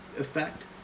effect